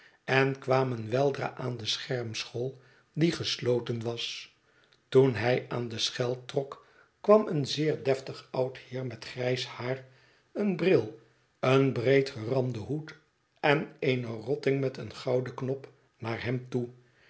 en kwamen weldra aan de schermschool die gesloten was toen hij aan de schel trok kwam een zeer deftig oud heer met grijs haar een bril een breed geranden hoed en eene rotting met een gouden knop naar hem toe